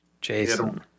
Jason